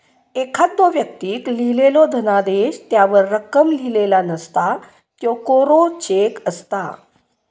एखाद्दो व्यक्तीक लिहिलेलो धनादेश त्यावर रक्कम लिहिलेला नसता, त्यो कोरो चेक असता